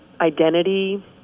identity